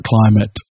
climate